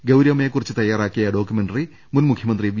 ഗൌരിയമ്മയെ കുറിച്ച് തയാറാക്കിയ ഡോക്യുമെന്ററി മുൻ മുഖ്യമന്ത്രി വി